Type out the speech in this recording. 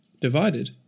divided